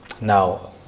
Now